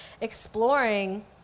exploring